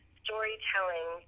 storytelling